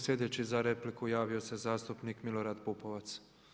Sljedeći za repliku javio se zastupnik Milorad Pupovac.